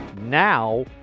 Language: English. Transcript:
Now